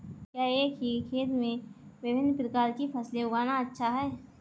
क्या एक ही खेत में विभिन्न प्रकार की फसलें उगाना अच्छा है?